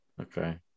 Okay